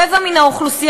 רבע מן האוכלוסייה,